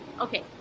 Okay